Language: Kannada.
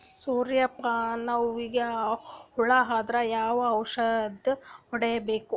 ಸೂರ್ಯ ಪಾನ ಹೂವಿಗೆ ಹುಳ ಆದ್ರ ಯಾವ ಔಷದ ಹೊಡಿಬೇಕು?